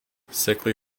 sickly